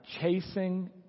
chasing